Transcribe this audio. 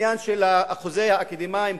העניין של אחוזי האקדמאים.